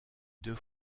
deux